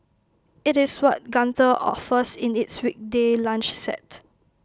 IT is what Gunther offers in its weekday lunch set